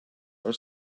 are